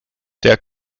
der